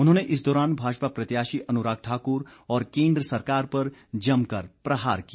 उन्होंने इस दौरान भाजपा प्रत्याशी अनुराग ठाकुर और केंद्र सरकार पर जमकर प्रहार किया